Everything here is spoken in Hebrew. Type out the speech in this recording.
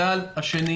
הגל השני